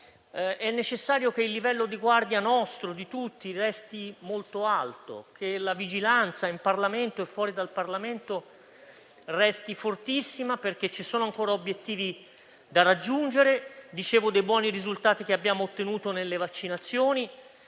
È necessario che il livello di guardia nostro e di tutti resti molto alto e che la vigilanza in Parlamento e fuori dal Parlamento resti fortissima, perché ci sono ancora obiettivi da raggiungere. Dicevo dei buoni risultati che abbiamo ottenuto nelle vaccinazioni;